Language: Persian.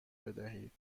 بدهید